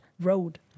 road